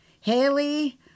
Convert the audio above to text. Haley